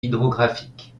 hydrographique